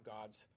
God's